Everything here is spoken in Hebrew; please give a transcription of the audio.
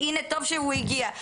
והנה, טוב שמשה ארבל הגיע.